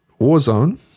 Warzone